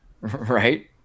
Right